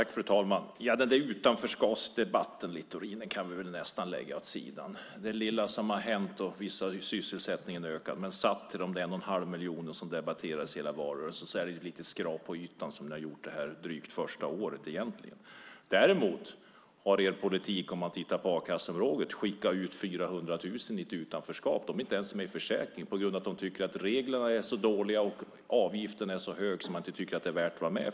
Herr talman! Kan vi inte lägga utanförskapsdebatten åt sidan, Littorin? Visst har sysselsättningen ökat men jämfört med den 1 1⁄2 miljon som debatterades hela valrörelsen är det egentligen bara lite skrap på ytan detta första år. Däremot har er politik på a-kasseområdet skickat ut 400 000 personer i utanförskap. De är inte ens med i försäkringen, eftersom de tycker att reglerna är så dåliga och avgiften så hög. De anser inte att det är värt att vara med.